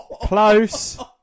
Close